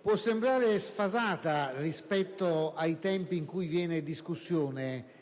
può sembrare sfasata rispetto ai tempi in cui viene in discussione